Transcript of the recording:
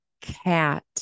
cat